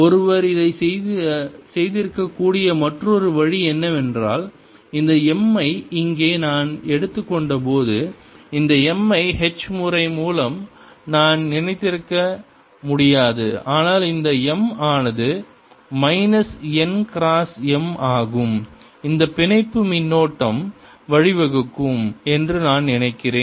ஒருவர் இதைச் செய்திருக்கக்கூடிய மற்றொரு வழி என்னவென்றால் இந்த m ஐ இங்கே நான் எடுத்துக் கொண்டபோது இந்த m ஐ h முறை மூலம் நான் நினைத்திருக்க முடியாது ஆனால் இந்த m ஆனது மைனஸ் n கிராஸ் m ஆகும் இந்த பிணைப்பு மின்னோட்டம் வழிவகுக்கும் என்று நான் நினைத்தேன்